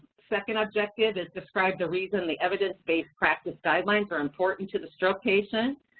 second objective is describe the reason the evidence-based practice guidelines are important to the stroke patient.